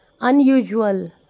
Unusual